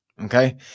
Okay